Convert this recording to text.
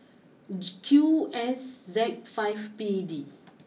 Q S Z five P D